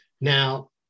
Now